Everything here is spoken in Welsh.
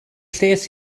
lles